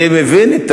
אני מבין אותך,